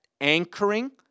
anchoring